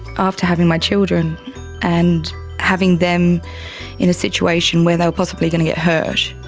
after having my children and having them in a situation where they were possibly going to get hurt,